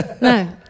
No